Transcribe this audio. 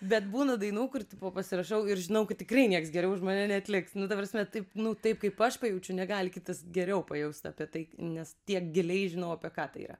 bet būna dainų kur tipo pasirašau ir žinau kad tikrai nieks geriau už mane atliks nu ta prasme taip nu taip kaip aš pajaučiu negali kitas geriau pajausti apie tai nes tiek giliai žinau apie ką tai yra